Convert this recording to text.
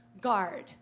guard